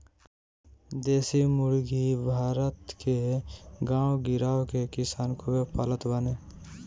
देशी मुर्गी भारत के गांव गिरांव के किसान खूबे पालत बाने